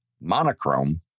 Monochrome